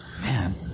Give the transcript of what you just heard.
Man